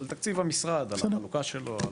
על תקציב המשרד, על החלוקה שלו.